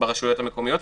ברשויות המקומיות,